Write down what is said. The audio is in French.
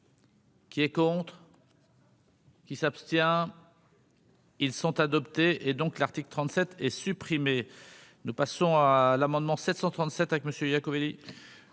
Qui est contre. Qui s'abstient. Ils sont adoptés et donc l'article 37 et supprimé, nous passons à l'amendement 737 avec monsieur